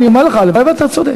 אני אומר לך, הלוואי שאתה צודק.